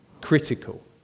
critical